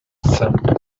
some